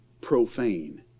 profane